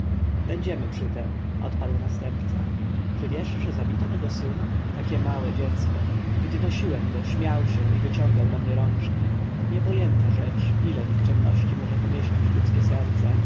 będziemy przy tem odparł następca czy wiesz że zabito mego syna takie małe dziecko gdy nosiłem go śmiał się i wyciągał do mnie rączki niepojęta rzecz ile nikczemności może pomieścić ludzkie serce